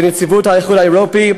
בנציבות האיחוד האירופי,